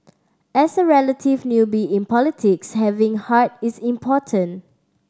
as a relative newbie in politics having heart is important